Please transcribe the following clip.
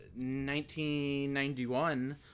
1991